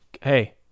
Hey